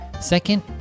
Second